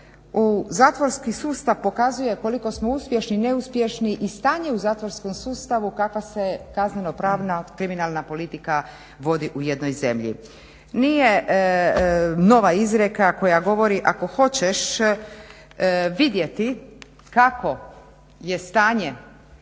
zatvorski sustav pokazuje koliko smo uspješni i neuspješni i stanje u zatvorskom sustavu kakva se kazneno pravna ili kriminalna politika vodi u jednoj zemlji. Nije nova izreka koja govorila ako hoćeš vidjeti kako je stanje